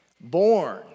Born